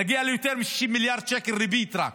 נגיע ליותר מ-60 מיליארד שקל ריבית רק.